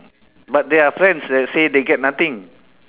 but there are friends that say they get nothing